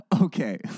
Okay